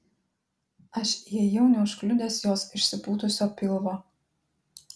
aš įėjau neužkliudęs jos išsipūtusio pilvo